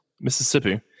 Mississippi